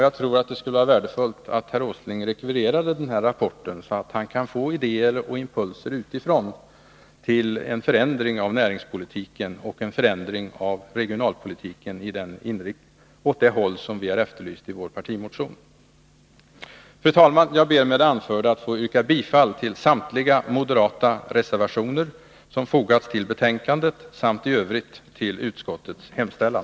Jag tror att det skulle vara värdefullt att herr Åsling rekvirerade den här rapporten, så att han kan få idéer och impulser utifrån till en förändring av näringspolitiken och en förändring av regionalpolitiken åt det håll som vi efterlyst i vår partimotion. Fru talman! Jag ber med det anförda att få yrka bifall till samtliga moderata reservationer som fogats till utskottets betänkande samt i övrigt till utskottets hemställan.